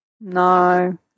No